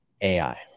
AI